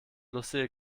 lustige